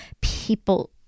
people